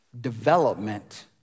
development